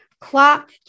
clock